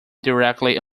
directly